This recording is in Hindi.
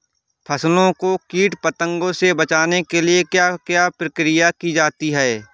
फसलों को कीट पतंगों से बचाने के लिए क्या क्या प्रकिर्या की जाती है?